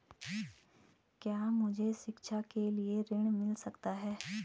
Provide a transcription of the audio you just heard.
क्या मुझे शिक्षा के लिए ऋण मिल सकता है?